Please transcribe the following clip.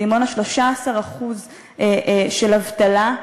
בדימונה 13% אבטלה,